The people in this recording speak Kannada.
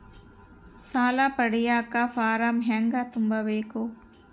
ಸಾಲ ಪಡಿಯಕ ಫಾರಂ ಹೆಂಗ ತುಂಬಬೇಕು?